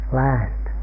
last